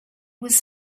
was